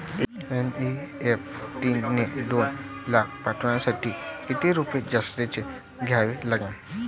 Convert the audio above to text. NEFT न दोन लाख पाठवासाठी किती रुपये जास्तचे द्या लागन?